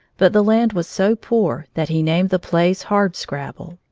but the land was so poor that he named the place hardscrabble.